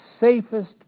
safest